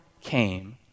came